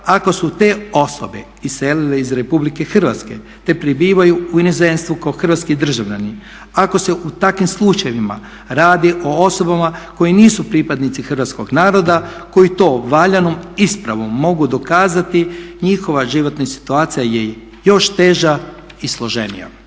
ako su te osobe iselile iz RH te prebivaju u inozemstvu kao hrvatski državljani, ako se u takvim slučajevima radi o osobama koje nisu pripadnici hrvatskog naroda, koji to valjanom ispravom mogu dokazati njihova životna situacija je još teža i složenija.